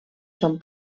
són